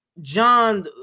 John